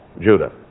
Judah